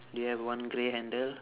they have one grey handle